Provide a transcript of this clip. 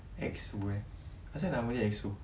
exo eh asal nama dia exo